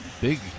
big